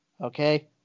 okay